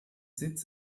sitz